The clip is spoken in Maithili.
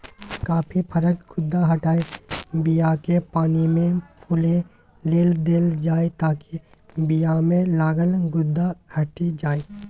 कॉफी फरक गुद्दा हटाए बीयाकेँ पानिमे फुलए लेल देल जाइ ताकि बीयामे लागल गुद्दा हटि जाइ